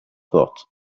thought